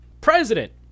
president